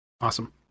Awesome